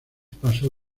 pasó